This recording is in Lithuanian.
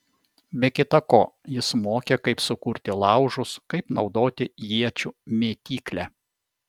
be kita ko jis mokė kaip sukurti laužus kaip naudoti iečių mėtyklę